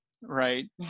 right